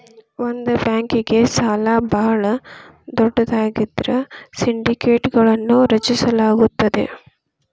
ಒಂದ ಬ್ಯಾಂಕ್ಗೆ ಸಾಲ ಭಾಳ ದೊಡ್ಡದಾಗಿದ್ರ ಸಿಂಡಿಕೇಟ್ಗಳನ್ನು ರಚಿಸಲಾಗುತ್ತದೆ